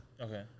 Okay